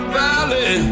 valley